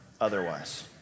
otherwise